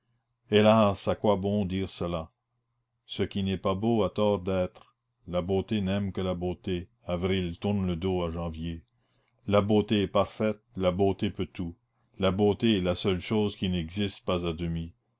hélas à quoi bon dire cela ce qui n'est pas beau a tort d'être la beauté n'aime que la beauté avril tourne le dos à janvier la beauté est parfaite la beauté peut tout la beauté est la seule chose qui n'existe pas à demi